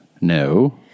no